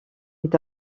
est